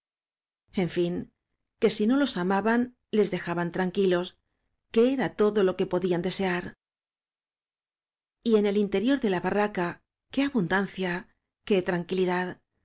en fin que si no los amaban les dejaban tranquilos que era todo lo que podían desear y en el interior de la barraca qué abun dancia que tranquilidad